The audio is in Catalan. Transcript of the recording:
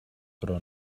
però